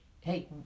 hey